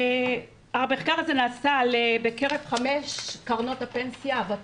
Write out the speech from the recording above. המחקר הזה נעשה בקרב חמש קרנות הפנסיה הוותיקות.